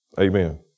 Amen